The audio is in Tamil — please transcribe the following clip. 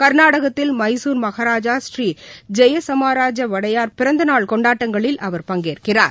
கர்நாடகத்தில் எமசூர் மகாராஜா ஸ்ரீ ஜெயசமராஜ வடையார் பிறந்த நாள் கொண்டாட்டங்களில் அவர் பங்கேற்கிறார்